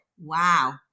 wow